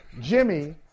Jimmy